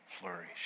flourish